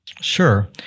sure